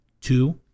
Two